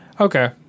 Okay